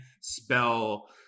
Spell